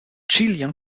chilean